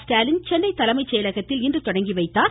ஸ்டாலின் சென்னை தலைமை செயலகத்தில் இன்று தொடங்கி வைத்தார்